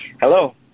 Hello